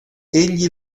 egli